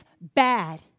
bad